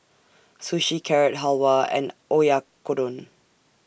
Sushi Carrot Halwa and Oyakodon